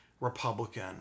Republican